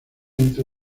entre